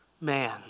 man